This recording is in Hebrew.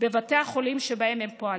בבתי החולים שבהם הם פועלים,